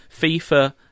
FIFA